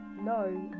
No